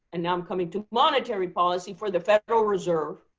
and now i'm coming to monetary policy for the federal reserve